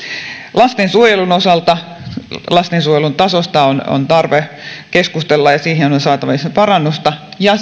lastensuojelun osalta lastensuojelun tasosta on on tarve keskustella ja siihen on saatava parannusta ja